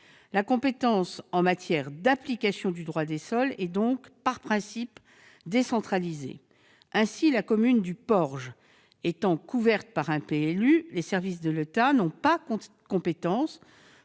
La compétence en matière d'application du droit des sols est donc, par principe, décentralisée. Ainsi, la commune du Porge étant couverte par un PLU, les services de l'État n'ont pas compétence